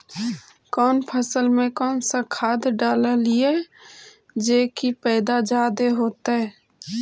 कौन फसल मे कौन सा खाध डलियय जे की पैदा जादे होतय?